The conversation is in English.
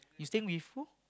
you stay with who